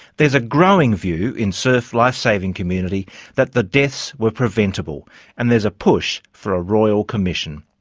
there's a growing view in surf lifesaving community that the deaths were preventable and there's a push for a royal commission.